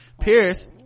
pierce